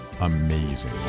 amazing